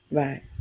right